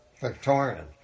Victorian